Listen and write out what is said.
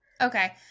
Okay